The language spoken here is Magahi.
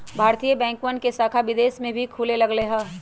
भारतीय बैंकवन के शाखा विदेश में भी खुले लग लय है